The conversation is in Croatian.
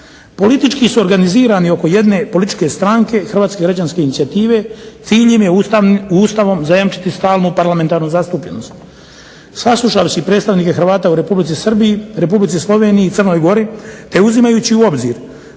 Politički su organizirani oko jedne političke stranke – Hrvatske građanske inicijative, cilj im je Ustavom zajamčiti stalnu parlamentarnu zastupljenost. Saslušavši predstavnike Hrvata u Republici Srbiji, Republici Sloveniji i Crnoj Gori te uzimajući u obzir